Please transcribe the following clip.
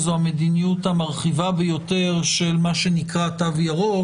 זאת המדיניות המרחיבה ביותר של מה שנקרא תו ירוק.